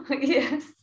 Yes